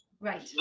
right